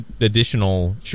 additional